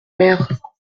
mère